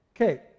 Okay